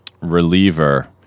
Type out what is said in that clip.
Reliever